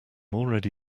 already